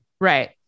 right